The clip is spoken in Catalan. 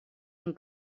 amb